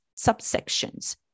subsections